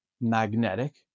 magnetic